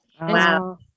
Wow